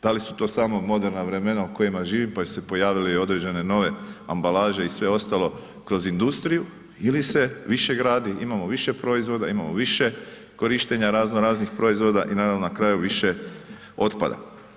Da li su to samo moderna vremena u kojima živim, pa su se pojavili određene nove ambalaže i sve ostalo kroz industriju ili se više gradi, imamo više proizvoda, imamo više korištenja razno raznih proizvoda i naravno na kraju više otpada.